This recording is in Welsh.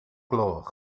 gloch